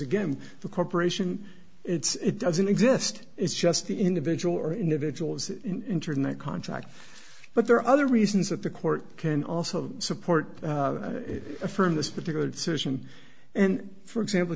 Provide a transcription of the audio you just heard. again the corporation it's doesn't exist it's just the individual or individuals entered in that contract but there are other reasons that the court can also support affirm this particular decision and for example